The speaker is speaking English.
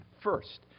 First